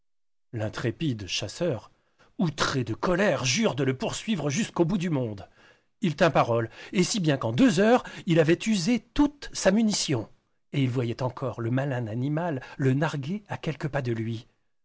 l'intrépide chasseur outré de colère jure de le poursuivre jusqu'au bout du monde il tint parole et si bien qu'en deux heures il avait usé toute sa munition et il voyait encore le malin animal le narguer à quelques pas de lui